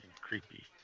creepy